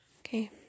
okay